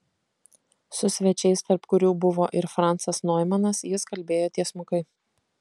su svečiais tarp kurių buvo ir francas noimanas jis kalbėjo tiesmukai